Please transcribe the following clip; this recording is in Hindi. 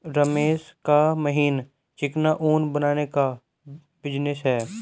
रमेश का महीन चिकना ऊन बनाने का बिजनेस है